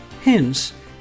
hence